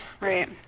Right